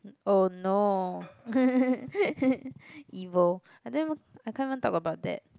oh no evil I don't even I can't even talk about that